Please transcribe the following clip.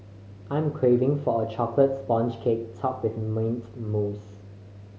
I'm craving for a chocolate sponge cake topped with mint mousse